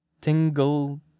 Tingle